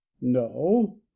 no